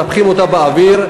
מנפחים אותה באוויר,